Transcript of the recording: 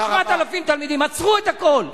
7,000 תלמידים, עצרו את הכול.